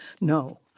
No